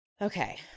Okay